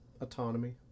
autonomy